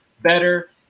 better